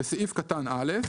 בסעיף קטן (א)